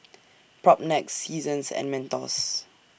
Propnex Seasons and Mentos